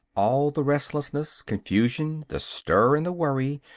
all the restlessness, confusion, the stir and the worry,